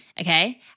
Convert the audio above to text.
Okay